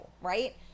right